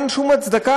אין שום הצדקה,